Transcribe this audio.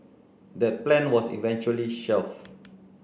that plan was eventually shelved